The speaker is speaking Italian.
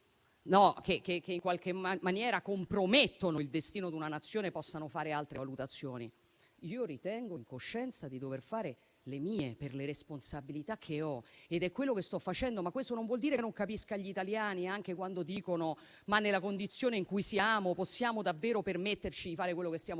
che in qualche maniera compromettono il destino di una Nazione possano fare altre valutazioni. Ritengo in coscienza di dover fare le mie per le responsabilità che ho ed è quello che sto facendo. Ma questo non vuol dire che non capisca gli italiani anche quando chiedono se, nella condizione in cui siamo, possiamo davvero permetterci di fare quello che stiamo facendo.